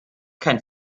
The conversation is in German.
kein